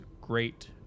great